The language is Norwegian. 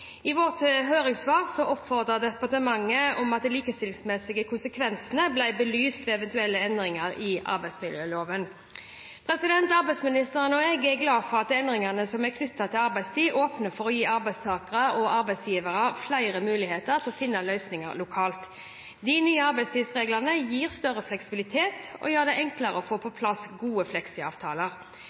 I vårt høringssvar oppfordret departementet om at de likestillingsmessige konsekvensene ble belyst ved eventuelle endringer av arbeidsmiljøloven. Arbeidsministeren og jeg er glade for at endringene knyttet til arbeidstid åpner for å gi arbeidstakere og arbeidsgivere flere muligheter til å finne løsninger lokalt. De nye arbeidstidsreglene gir større fleksibilitet og gjør det enklere å få på plass gode